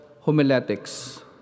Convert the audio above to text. Homiletics